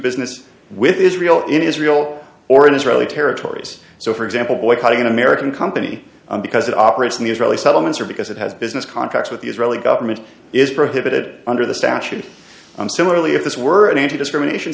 business with israel in israel or in israeli territories so for example boycotting an american company because it operates in the israeli settlements or because it has business contacts with the israeli government is prohibited under the statute and similarly if this were an anti discrimination